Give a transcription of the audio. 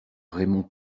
raymond